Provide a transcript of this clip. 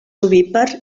ovípar